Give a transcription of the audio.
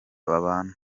babana